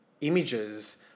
images